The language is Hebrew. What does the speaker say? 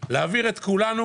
וזה להעביר את כולנו